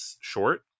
short